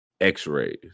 x-rays